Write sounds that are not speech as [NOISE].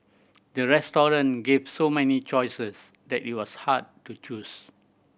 the [UNINTELLIGIBLE] gave so many choices that it was hard to choose